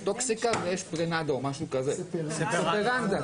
יש ספרנדה,